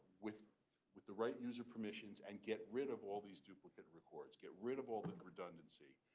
with with the right user permissions and get rid of all these duplicate records, get rid of all the redundancy.